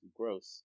gross